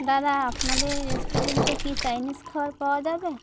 দাদা আপনাদের রেস্টুরেন্টে কি চাইনিজ খাবার পাওয়া যাবে